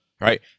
Right